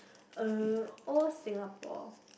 uh old Singapore